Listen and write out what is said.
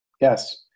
Yes